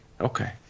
okay